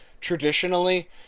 traditionally